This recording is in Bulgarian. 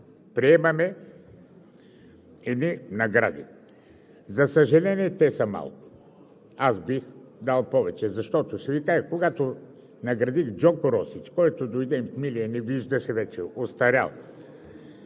приемаме едни награди. За съжаление, те са малко – аз бих дал повече. Защото, ще Ви кажа, когато наградих Джоко Росич, дойде милият вече не виждаше, остарял.